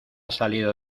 salido